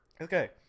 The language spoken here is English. Okay